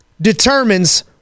determines